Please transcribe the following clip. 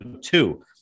Two